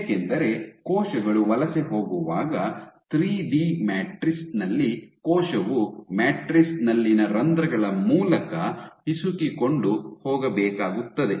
ಏಕೆಂದರೆ ಕೋಶಗಳು ವಲಸೆ ಹೋಗುವಾಗ 3 ಡಿ ಮ್ಯಾಟ್ರಿಕ್ಸ್ ನಲ್ಲಿ ಕೋಶವು ಮ್ಯಾಟ್ರಿಕ್ಸ್ ನಲ್ಲಿನ ರಂಧ್ರಗಳ ಮೂಲಕ ಹಿಸುಕಿಕೊಂಡು ಹೋಗಬೇಕಾಗುತ್ತದೆ